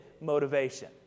motivation